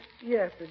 Yes